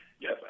Yes